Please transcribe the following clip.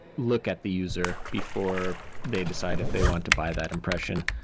look at the user before they decide if they want to buy that impression.